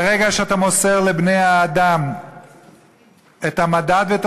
ברגע שאתה מוסר לבני-האדם את המדד ואת